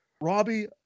Robbie